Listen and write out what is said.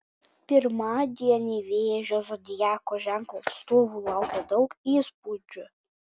pirmadienį vėžio zodiako ženklo atstovų laukia daug įspūdžių